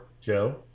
joe